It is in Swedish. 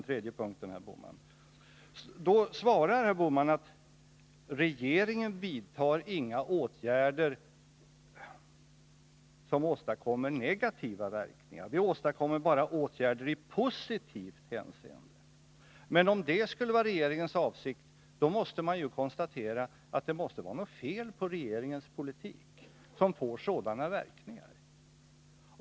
Herr Bohman svarar då att regeringen inte vidtar några åtgärder som åstadkommer negativa verkningar, utan bara vidtar åtgärder i positivt hänseende. Men om det skulle vara regeringens avsikt, måste man ju konstatera att det är något fel på regeringens politik, som får sådana verkningar.